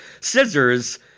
scissors